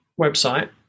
website